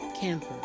Camper